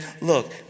Look